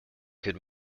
could